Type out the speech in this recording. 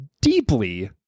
deeply